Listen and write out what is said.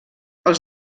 els